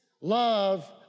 Love